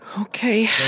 Okay